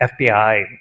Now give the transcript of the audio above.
FBI